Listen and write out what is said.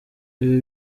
ibi